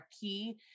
key